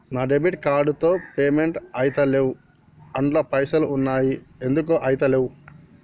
నా debit card తో payment ఐతలేవ్ అండ్ల పైసల్ ఉన్నయి ఎందుకు ఐతలేవ్?